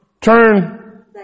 turn